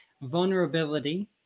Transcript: vulnerability